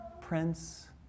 Prince